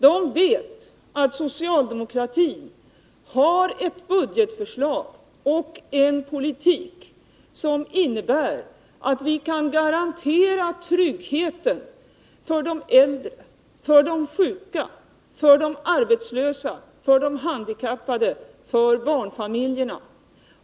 De vet att socialdemokratin har ett budgetförslag och en politik som innebär att vi kan garantera tryggheten för de äldre, de sjuka, de arbetslösa, de handikappade och barnfamiljerna.